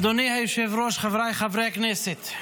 אדוני היושב-ראש, חבריי חברי הכנסת,